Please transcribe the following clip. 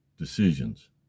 decisions